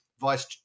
vice